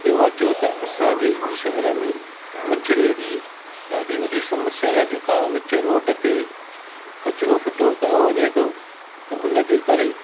ॿियो अचो त असां जे शहर में कचरे जी ॾाढी वॾी समस्या आहे जेका वीच रोड ते कचरो फिटो कयो वञे तो त उन जे करे